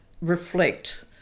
reflect